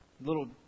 little